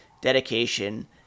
dedication